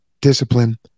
discipline